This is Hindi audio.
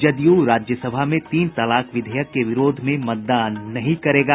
जदयू राज्यसभा में तीन तलाक विधेयक के विरोध में मतदान नहीं करेगा